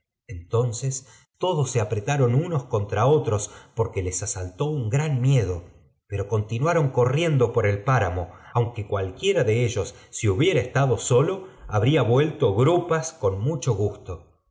entonces todos se apretaron unos contra otros porque les asaltó un gran miedo pero continuaron corriendo por el páramo aunque cualquiera de ellos si hubiera estado bolo habría vuelto grupas con mucho gusto